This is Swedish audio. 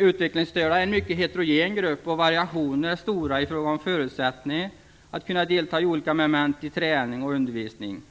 utvecklingsstörda är en mycket heterogen grupp, och variationerna är stora i fråga om förutsättningar att kunna delta i olika moment i träning och undervisning.